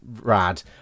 Rad